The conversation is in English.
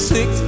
Six